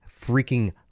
freaking